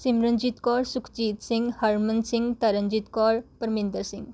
Simranjeet Kaur Sukhjeet Singh Harman Singh Taranjeet Kaur Parminder Singh